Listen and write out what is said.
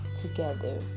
together